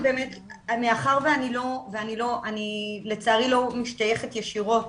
מאחר שלצערי אני לא משתייכת ישירות